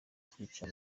kwica